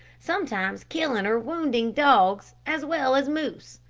sometimes killing or wounding dogs as well as moose.